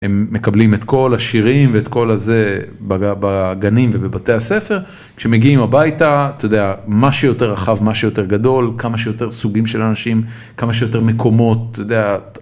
הם מקבלים את כל השירים ואת כל הזה בגנים ובבתי הספר, כשמגיעים הביתה, אתה יודע, מה שיותר רחב, מה שיותר גדול, כמה שיותר סוגים של אנשים, כמה שיותר מקומות, אתה יודע